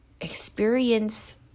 experience